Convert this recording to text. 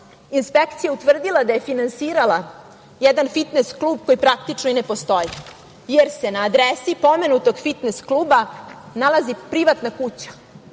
inspekcija utvrdila da je finansirala jedan fitnes klub koji praktično i ne postoji, jer se na adresi pomenutog fitnes kluba nalazi privatna kuća